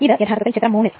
ഇത് യഥാർത്ഥത്തിൽ ചിത്രം 3